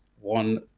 one